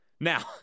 Now